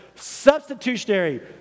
substitutionary